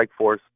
Strikeforce